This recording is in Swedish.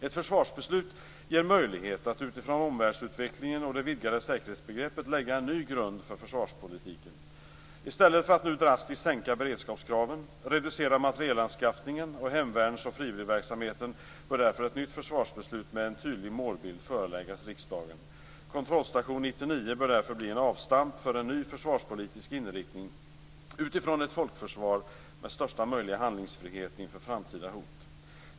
Ett försvarsbeslut ger möjlighet att utifrån omvärldsutvecklingen och det vidgade säkerhetsbegreppet lägga en ny grund för försvarspolitiken. I stället för att nu drastiskt sänka beredskapskraven, reducera materielanskaffningen och hemvärns och frivilligverksamheten bör därför ett nytt försvarsbeslut med en tydlig målbild föreläggas riksdagen. Kontrollstation 99 bör därför bli en avstamp för en ny försvarspolitisk inriktning utifrån ett folkförsvar med största möjliga handlingsfrihet inför framtida hot.